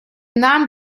namen